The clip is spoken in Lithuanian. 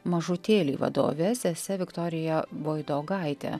mažutėliai vadove sese viktorija boidogaite